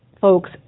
folks